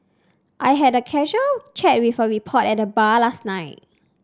I had a casual chat with a reporter at the bar last night